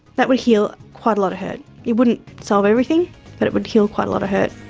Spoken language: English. that would heal quite a lot of hurt. it wouldn't solve everything but it would heal quite a lot of hurt.